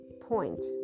point